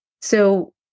So-